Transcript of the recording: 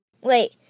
Wait